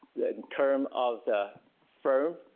the term of the firm,